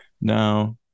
Now